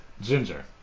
Ginger